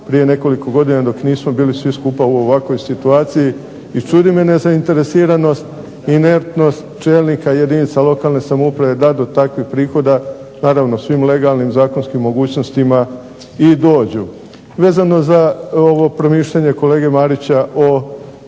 prije nekoliko godina dok nismo bili svi skupa u ovakvoj situaciji, i čudi me nezainteresiranost, inertnost čelnika jedinica lokalne samouprave da do takvih prihoda naravno svim legalnim zakonskim mogućnostima i dođu. Vezano za ovo promišljanje kolege Marića o